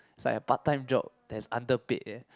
it's like a part time job that is underpaid ya